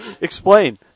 Explain